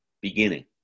beginning